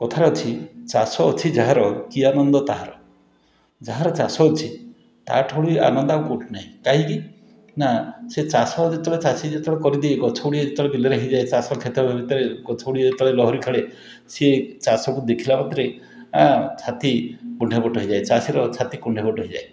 କଥାରେ ଅଛି ଚାଷ ଅଛି ଯାହାର କି ଆନନ୍ଦ ତାହାର ଯାହାର ଚାଷ ଅଛି ତା'ଠୁ ବଳି ଆନନ୍ଦ ଆଉ କେଉଁଠି ନାହିଁ କାଇଁକିନା ସେ ଚାଷ ଯେତେବେଳେ ଚାଷୀ ଯେତେବେଳେ କରିଦିଏ ଗଛଗୁଡ଼ିକ ଯେତେବେଳେ ବିଲରେ ହେଇଯାଏ ଚାଷ ଖେତ ଭିତରେ ଗଛଗୁଡ଼ିକ ଯେତେ ବେଳେ ଲହରୀ ଖେଳେ ସିଏ ଚାଷକୁ ଦେଖିଲା ମାତ୍ରେ ଆଁ ଛାତି କୁଣ୍ଢେମୋଟ ହେଇଯାଏ ଚାଷୀର ଛାତି କୁଣ୍ଢେମୋଟ ହେଇଯାଏ